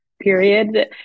period